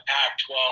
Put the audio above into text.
Pac-12